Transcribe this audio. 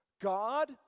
God